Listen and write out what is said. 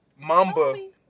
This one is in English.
mamba